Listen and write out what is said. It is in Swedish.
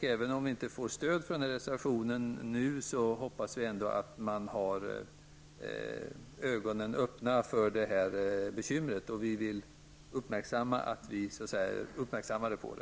Även om vi nu inte får stöd för denna reservation, hoppas vi ändå att man har ögonen öppna för detta bekymmer, och vi vill rikta uppmärksamheten på det.